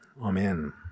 Amen